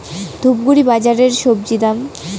ধূপগুড়ি বাজারের স্বজি দাম?